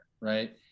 right